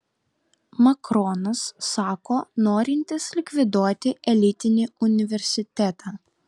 makronas sako norintis likviduoti elitinį universitetą